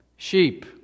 Sheep